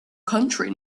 county